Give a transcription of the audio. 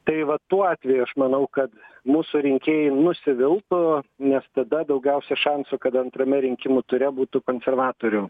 tai va tuo atveju aš manau kad mūsų rinkėjai nusiviltų nes tada daugiausia šansų kad antrame rinkimų ture būtų konservatorių